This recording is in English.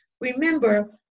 Remember